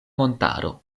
montaro